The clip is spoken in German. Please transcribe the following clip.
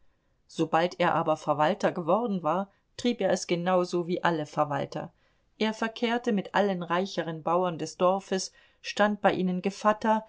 sobald er aber verwalter geworden war trieb er es genau so wie alle verwalter er verkehrte mit allen reicheren bauern des dorfes stand bei ihnen gevatter